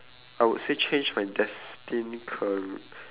I would say change my destined car~